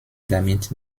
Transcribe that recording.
damit